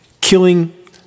killing